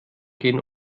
gehen